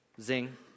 Zing